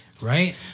Right